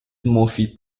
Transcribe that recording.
مفید